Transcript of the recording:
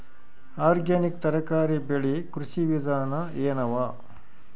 Organic ತರಕಾರಿ ಬೆಳಿ ಕೃಷಿ ವಿಧಾನ ಎನವ?